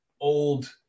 old